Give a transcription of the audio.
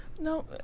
No